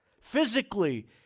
physically